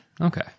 Okay